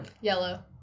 Yellow